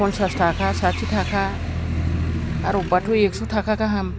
पन्सास थाखा साथि थाखा आरो अबेबाथ' एकस' थाखा गाहाम